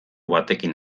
batekin